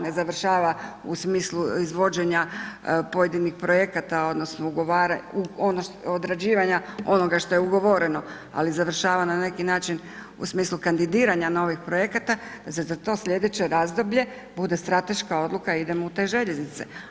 Ne završava u smislu izvođenja pojedinih projekata odnosno odrađivanja onoga što je ugovoreno, ali završava na neki način u smislu kandidiranja novih projekata da se za to sljedeće razdoblje bude strateška odluka idemo u te željeznice.